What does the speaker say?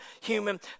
human